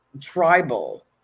tribal